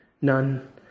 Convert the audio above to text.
none